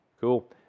Cool